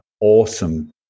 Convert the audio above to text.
awesome